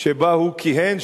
שבה הוא כיהן,